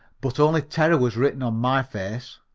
but only terror was written on my face.